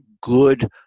good